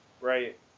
Right